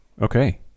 Okay